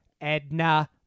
Edna